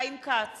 נוכח חיים כץ,